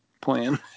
plan